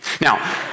Now